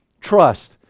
trust